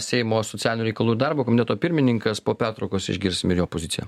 seimo socialinių reikalų ir darbo komiteto pirmininkas po pertraukos išgirsime ir jo poziciją